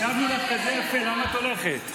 הקשבנו לך יפה, למה את הולכת?